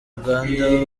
uganda